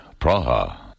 Praha